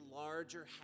larger